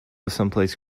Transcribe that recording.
someplace